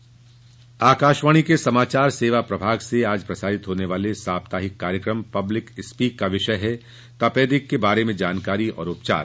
public speak Akashvani के समाचार सेवा प्रभाग से आज प्रसारित होने वाले साप्ताहिक कार्यक्रम पब्लिक स्पीक का विषय है तपेदिक के बारे में जानकारी और उपचार